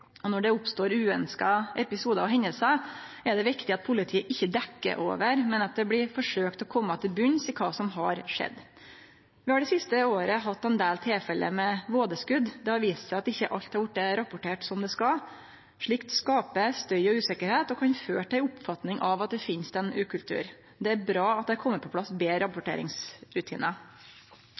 og norsk politi. Når det oppstår uønskte episodar og hendingar, er det viktig at politiet ikkje dekkjer over, men at ein forsøkjer å kome til botns i det som har skjedd. Vi har det siste året hatt ein del tilfelle med vådeskot. Det har vist seg at dei ikkje har vorte rapporterte som det skal. Slikt skaper støy og usikkerheit og kan føre til ei oppfatning av at det finst ein ukultur. Det er bra at det har kome på plass betre rapporteringsrutinar.